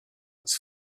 its